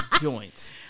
Joints